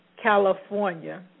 California